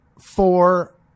four